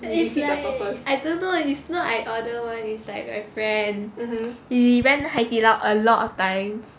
it's like I don't know it's not I order [one] is like my friend he went 海底捞 a lot of times